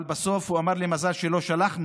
אבל בסוף הוא אמר לי: מזל שלא שלחנו,